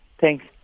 Thanks